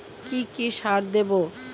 কি কি সার দেবো?